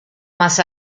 más